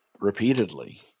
repeatedly